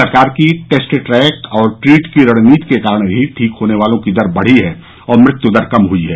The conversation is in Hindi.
सरकार की टेस्ट ट्रैक और ट्रीट की रणनीति के कारण ही ठीक होने वालो की दर बढ़ी है और मत्यदर कम हुई है